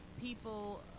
People